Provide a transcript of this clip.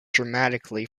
dramatically